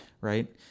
Right